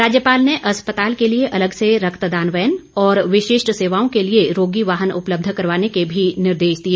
राज्यपाल ने अस्पताल के लिए अलग से रक्तदान वैन और विशिष्ट सेवाओं के लिए रोगी वाहन उपलब्ध करवाने के भी निर्देश दिए